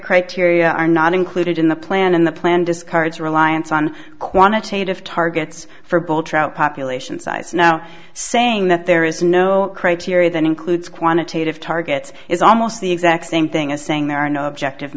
criteria are not included in the plan in the plan discards reliance on quantitative targets for bold trout population size now saying that there is no criteria that includes quantitative targets is almost the exact same thing as saying there are no objective